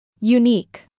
Unique